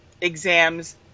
exams